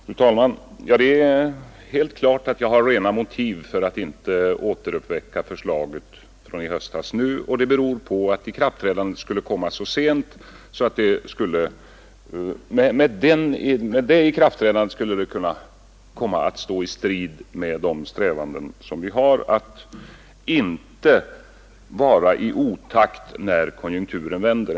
Fru talman! Det är helt klart att jag har rena motiv för att nu inte återuppväcka förslaget från i höstas. Det beror på att ikraftträdandet nu skulle komma så sent att effekten av förslaget vid denna tidpunkt skulle kunna komma att stå i strid mot de strävanden vi har, dvs. att inte vara i otakt när konjunkturen vänder.